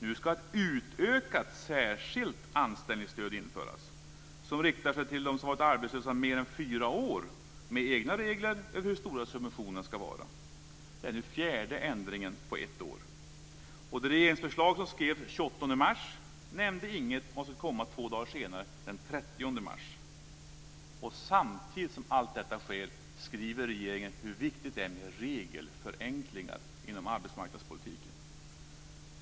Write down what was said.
Nu ska det införas utökat särskilt anställningsstöd, som riktar sig till dem som har varit arbetslösa mer än fyra år, med egna regler för hur stora subventionerna ska vara. Det är den fjärde ändringen på ett år. Det regeringsförslag som skrevs den 28 mars nämnde inget om vad som skulle komma två dagar senare, den 30 mars. Samtidigt som allt detta sker skriver regeringen hur viktigt det är med regelförenklingar inom arbetsmarknadspolitiken.